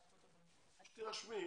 תירשמי.